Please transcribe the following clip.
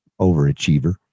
Overachiever